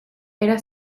era